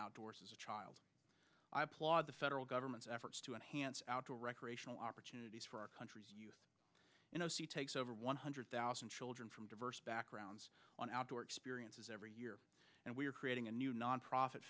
outdoors as a child i applaud the federal government's efforts to enhance outdoor recreational opportunities for our country takes over one hundred thousand children from diverse backgrounds on outdoor experiences every year and we are creating a new nonprofit